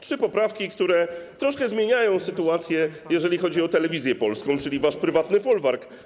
Trzy poprawki, które troszkę zmieniają sytuację, jeżeli chodzi o Telewizję Polską, czyli wasz prywatny folwark.